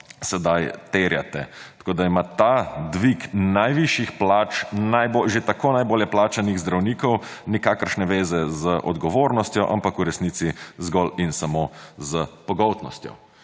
sedaj terjate, tako ida ima ta dvig najvišjih plač že tako najboljše plačanih zdravnikov nikakršne veze z odgovornostjo, ampak v resnici zgolj in samo s pogoltnostjo.